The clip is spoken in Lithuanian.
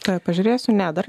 tuoj pažiūrėsiu ne dar